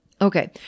Okay